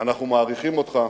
אנחנו מעריכים אותך,